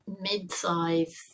mid-size